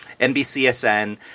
NBCSN